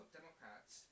Democrats